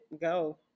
go